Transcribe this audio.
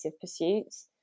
pursuits